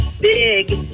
big